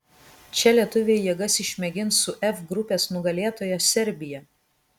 čia lietuviai jėgas išmėgins su f grupės nugalėtoja serbija